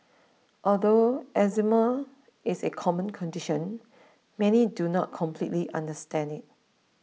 although eczema is a common condition many do not completely understand it